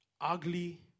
ugly